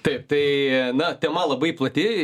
taip tai na tema labai plati